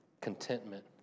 Contentment